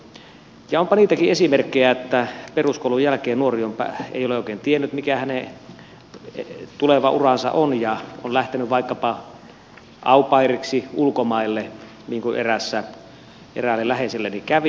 onpa niitäkin esimerkkejä että peruskoulun jälkeen nuori ei ole oikein tiennyt mikä hänen tuleva uransa on ja on lähtenyt vaikkapa au pairiksi ulkomaille niin kuin eräälle läheiselleni kävi